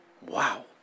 Wow